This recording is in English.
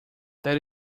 that